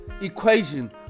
equation